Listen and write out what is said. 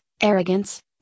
arrogance